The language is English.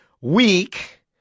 week